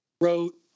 wrote